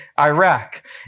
Iraq